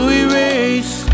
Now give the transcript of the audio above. erase